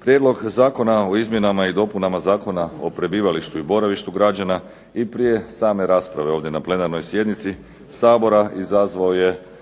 Prijedlog Zakona o izmjenama i dopunama Zakona o prebivalištu i boravištu građana i prije same rasprave ovdje na plenarnoj sjednici Sabora izazvao je